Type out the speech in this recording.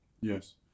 Yes